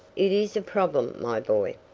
it is a problem, my boy.